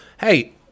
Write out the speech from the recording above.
hey